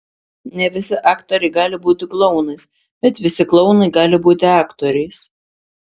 ne visi aktoriai gali būti klounais bet visi klounai gali būti aktoriais